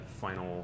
final